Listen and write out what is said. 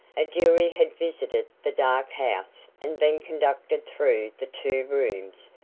a jury had visited the dark house and been conducted through the two rooms,